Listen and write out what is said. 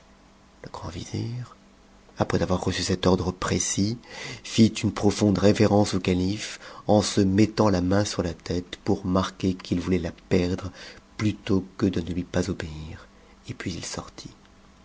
le grand vizir après avoir reçu cet ordre précis fit une profonde révérence au calife en se mettant la main sur la tête pour marquer qu'i voulait la perdre plutôt que de ne lui pas obéir et puis il sortit